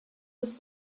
was